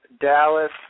Dallas